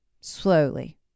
slowly